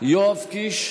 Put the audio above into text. הם לא קיימו ישיבה.